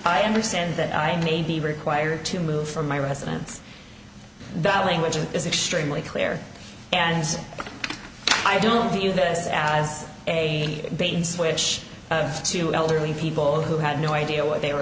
i understand that i may be required to move from my residence that language it is extremely clear and i don't see this as a bait and switch to elderly people who had no idea what they were